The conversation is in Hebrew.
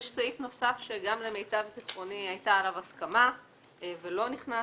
יש סעיף נוסף שגם למיטב זיכרוני הייתה עליו הסכמה והוא לא נכנס